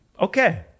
Okay